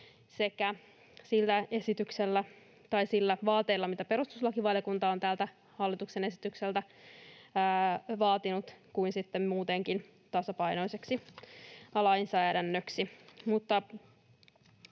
niillä vaateilla, mitä perustuslakivaliokunta on tältä hallituksen esitykseltä vaatinut, ja sitten muutenkin tasapainoista lainsäädäntöä.